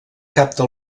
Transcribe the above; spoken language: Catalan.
capta